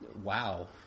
Wow